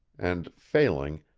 and, failing,